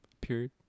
Period